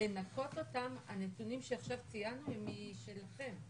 לנקות אותם, הנתונים שעכשיו ציינו הם שלכם.